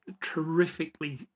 terrifically